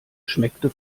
schmeckte